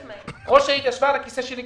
ראש העיר התיישבה על הכיסא שלי,